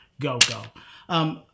go-go